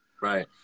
Right